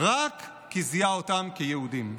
רק כי זיהה אותם כיהודים.